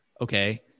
okay